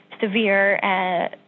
severe